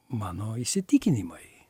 mano įsitikinimai